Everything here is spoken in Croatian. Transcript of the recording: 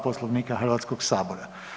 Poslovnika Hrvatskog sabora.